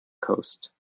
coast